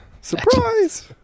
Surprise